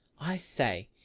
i say,